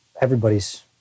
everybody's